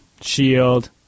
shield